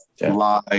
lie